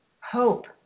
hope